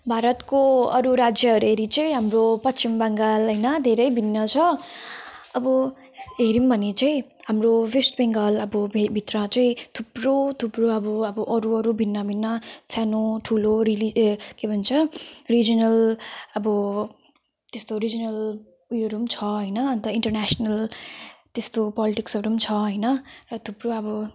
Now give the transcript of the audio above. भारतको अरू राज्यहरू हेरी चाहिँ हाम्रो पश्चिम बङ्गाल होइन धेरै भिन्न छ अब हेरौँ भने चाहिँ हाम्रो वेस्ट बङ्गाल अब बे भित्र चाहिँ थुप्रो थुप्रो अब अब अरू अरू भिन्न भिन्न सानो ठुलो रिली ए के भन्छ रिजनल अब त्यस्तो रिजनल उयोहरू पनि छ होइन अन्त इन्टरनेसनल त्यस्तो पोल्टिक्सहरू पनि छ होइन र थुप्रो अब